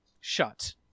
shut